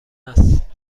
است